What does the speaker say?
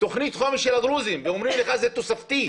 תוכנית חומש של הדרוזים ואומרים לך שזה תוספתי.